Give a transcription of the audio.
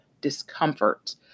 discomfort